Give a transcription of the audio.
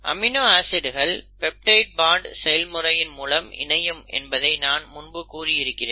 amino ஆசிட்கள் peptide bond செயல்முறையின் மூலம் இணையும் என்பதை நான் மும்பு கூறிஇருக்கிறேன்